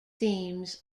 themes